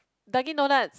Dunkin Donuts